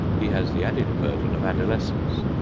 he has the added burden of adolescence,